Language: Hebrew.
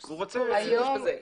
והוא רוצה להשתמש בזה,